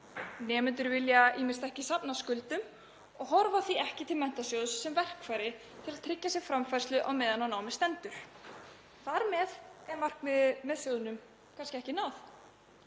Nemendur vilja ýmist ekki safna skuldum og horfa því ekki til Menntasjóðsins sem verkfæris til að tryggja sér framfærslu meðan á námi stendur. Þar með er markmiði með sjóðnum kannski ekki náð